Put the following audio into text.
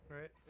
right